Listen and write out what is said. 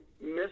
miss